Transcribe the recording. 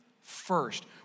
first